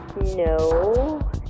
No